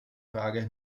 frage